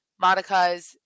Monica's